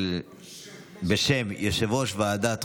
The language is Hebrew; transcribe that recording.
בשם יושב-ראש ועדת חוקה,